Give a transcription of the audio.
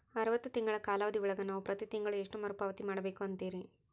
ಅರವತ್ತು ತಿಂಗಳ ಕಾಲಾವಧಿ ಒಳಗ ನಾವು ಪ್ರತಿ ತಿಂಗಳು ಎಷ್ಟು ಮರುಪಾವತಿ ಮಾಡಬೇಕು ಅಂತೇರಿ?